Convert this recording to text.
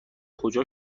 کجا